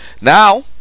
now